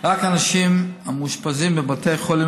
רק אנשים המאושפזים בבתי החולים